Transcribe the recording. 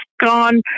gone